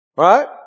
Right